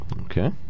Okay